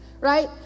right